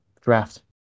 draft